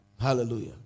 hallelujah